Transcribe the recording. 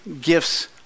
gifts